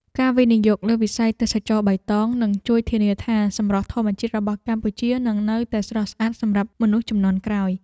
ការវិនិយោគលើវិស័យទេសចរណ៍បៃតង នឹងជួយធានាថាសម្រស់ធម្មជាតិរបស់កម្ពុជានឹងនៅតែស្រស់ស្អាតសម្រាប់មនុស្សជំនាន់ក្រោយ។